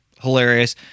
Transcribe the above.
hilarious